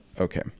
Okay